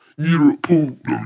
Europe